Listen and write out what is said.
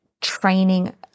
training